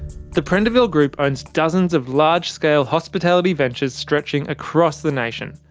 the prendiville group owns dozens of large scale hospitality ventures stretching across the nation.